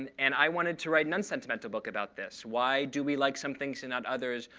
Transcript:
and and i wanted to write an unsentimental book about this. why do we like some things and not others?